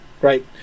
right